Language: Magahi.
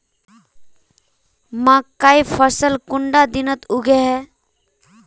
मकई फसल कुंडा दिनोत उगैहे?